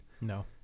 No